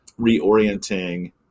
reorienting